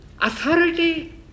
authority